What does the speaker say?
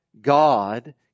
God